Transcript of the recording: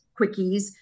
quickies